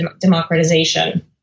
democratization